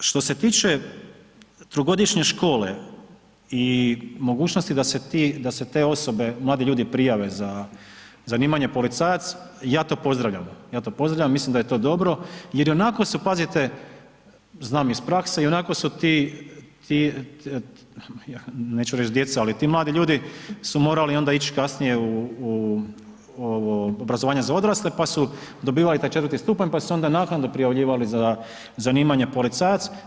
Što se tiče trogodišnje škole i mogućnosti da se te osobe, mladi ljudi prijave za zanimanje policajac, ja to pozdravljam, mislim da je to dobro jer ionako su, pazite, znam iz prakse, ionako su ti, neću reći djeca, ti mladi ljudi su morali onda ići kasnije u obrazovanje za odrasle pa su dobivali taj 4. stupanj pa su se onda naknadno prijavljivali za zanimanja policajac.